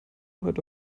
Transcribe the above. heute